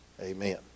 Amen